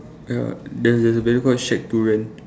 ya there's there's a banner called shack to rent